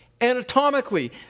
anatomically